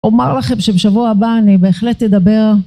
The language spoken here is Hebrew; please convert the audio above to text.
אומר לכם שבשבוע הבא אני בהחלט אדבר